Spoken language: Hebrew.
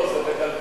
לא, זה בכלכלה.